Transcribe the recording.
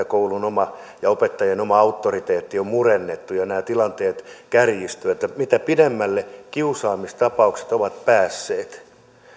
koulun oma ja opettajien oma auktoriteetti on murennettu ja nämä tilanteet kärjistyvät mitä pidemmälle kiusaamistapaukset ovat päässeet